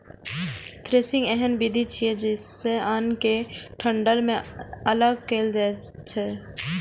threshing एहन विधि छियै, जइसे अन्न कें डंठल सं अगल कैल जाए छै